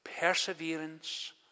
Perseverance